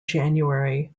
january